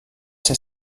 ser